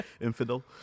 Infidel